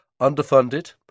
underfunded